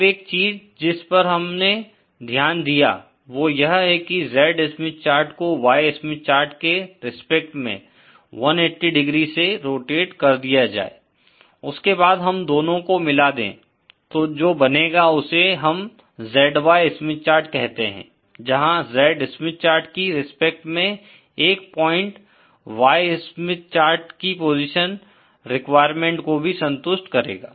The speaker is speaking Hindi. अब एक चीज़ जिस पर हमने ध्यान दिया वो यह है कि Z स्मिथ चार्ट को Y स्मिथ चार्ट कि रेस्पेक्ट में 1800से रोटेट कर दिया जाये उसके बाद हम दोनों को मिला दे तो जो बनेगा उसे हम ZY स्मिथ चार्ट कहते हैं जहाँ Z स्मिथ चार्ट की रेस्पेक्ट में एक पॉइंट Y स्मिथ चार्ट की पोजीशन रिक्वायरमेन्ट को भी संतुष्ट करेगा